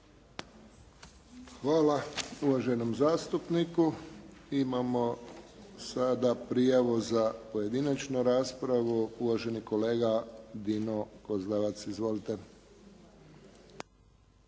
Hvala uvaženom zastupniku. Imamo sada prijavu za pojedinačnu raspravu. Uvaženi kolega Dino Kozlevac. Izvolite.